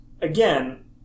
again